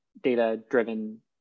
data-driven